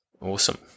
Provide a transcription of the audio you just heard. Awesome